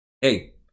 hey